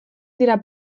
dira